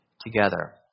together